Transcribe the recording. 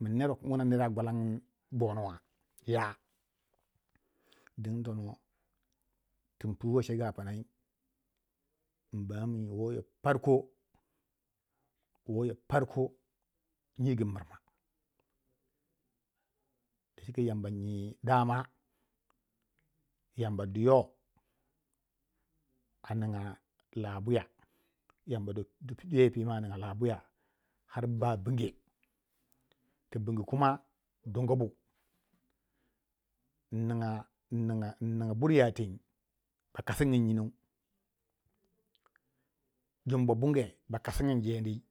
min ner wukin wuna mere a gwalan gin bo nuwa ya, ding tono tun puwei cegu a pnai, mbami woyo parko nyi gu mu mirma dacike Yamba nyi da ma, Yamba du yo a ninga labuya a duya yi pima. aninga labuya har ba binge ki bing kuma dung gu bu inninga burya teng ba kangin nyinou dumba bunge bakasi nye ndinge